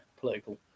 political